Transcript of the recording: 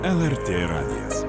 lrt radijas